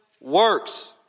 works